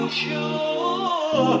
sure